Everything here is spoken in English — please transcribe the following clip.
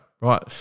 right